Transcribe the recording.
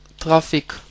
traffic